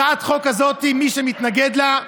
הצעת החוק הזאת, מי שמתנגד לה,